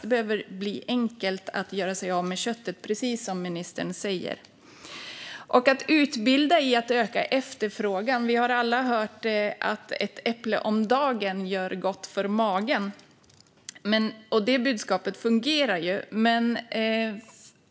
Det behöver bli enkelt att göra sig av med köttet, precis som ministern säger. När det gäller att utbilda för att öka efterfrågan har vi alla hört att ett äpple om dagen gör gott för magen. Det budskapet fungerar.